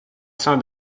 ceint